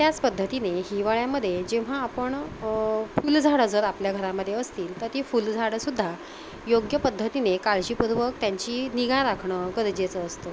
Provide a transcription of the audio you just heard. त्याच पद्धतीने हिवाळ्यामध्ये जेव्हा आपण फुलझाडं जर आपल्या घरामध्ये असतील तर ती फुलझाडंसुद्धा योग्य पद्धतीने काळजीपूर्वक त्यांची निगा राखणं गरजेचं असतं